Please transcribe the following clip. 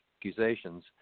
accusations